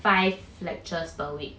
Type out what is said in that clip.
five lectures per week